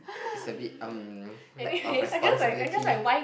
it's a bit um lack of responsibility